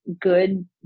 good